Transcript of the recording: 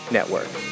Network